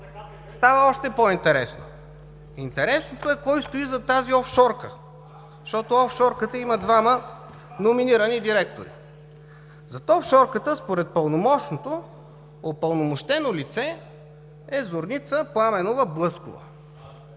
Става още по-интересно. Интересното е кой стои зад тази офшорка? Защото офшорката има двама номинирани директори. Зад офшорката, според пълномощното, упълномощено лице е Зорница Пламенова Блъскова.